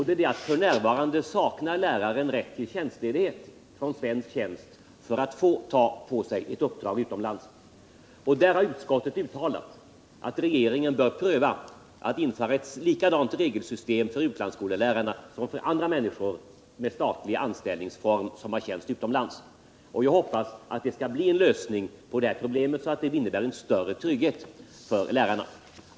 Det är att f. n. saknar läraren rätt till tjänstledighet från svensk tjänst för att få ta uppdrag utomlands. Där har utskottet uttalat att regeringen bör pröva att införa ett likadant regelsystem för utlandsskollärarna som för andra med statlig anställningsform som har tjänst utomlands. Jag hoppas att det skall bli en lösning på detta problem som innebär en större trygghet för lärarna.